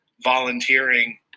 volunteering